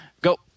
Go